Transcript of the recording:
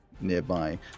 nearby